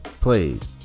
Played